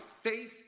Faith